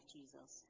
Jesus